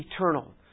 eternal